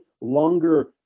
longer